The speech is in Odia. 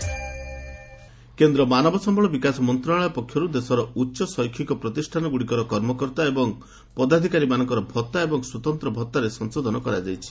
ଟିଚର୍ସ ଆନାଉନ୍ନ କେନ୍ଦ୍ର ମାନବ ସମ୍ଭଳ ବିକାଶ ମନ୍ତ୍ରଶାଳୟ ପକ୍ଷରୁ ଦେଶର ଉଚ୍ଚ ଶୈକ୍ଷିକ ପ୍ରତିଷ୍ଠାନଗ୍ରଡ଼ିକର କର୍ମକର୍ତ୍ତା ଏବଂ ପଦାଧିକାରୀମାନଙ୍କର ଭତ୍ତା ଏବଂ ସ୍ପତନ୍ତ୍ର ଭତ୍ତାରେ ସଂଶୋଧନ କରାଯାଇଛି